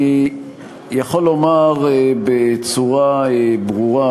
אני יכול לומר בצורה ברורה